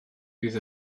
bydd